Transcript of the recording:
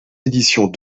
éditions